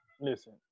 listen